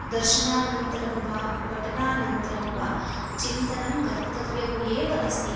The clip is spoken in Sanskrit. दर्शनानन्तरं वा पठनानन्तरं वा चिन्तनं कर्तव्यम् एव अस्ति